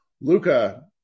Luca